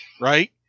right